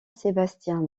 sébastien